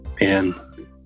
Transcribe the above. man